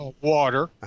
water